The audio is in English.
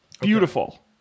Beautiful